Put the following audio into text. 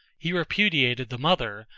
he repudiated the mother,